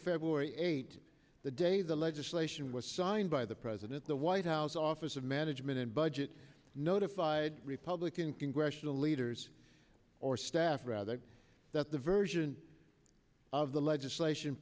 february eighth the day the legislation was signed by the president the white house office of management and budget notified republican congressional leaders or staff rather that the version of the legislation